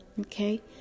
okay